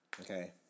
Okay